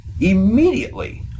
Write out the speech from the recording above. Immediately